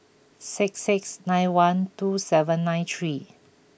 six six nine one two seven nine three